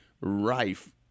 rife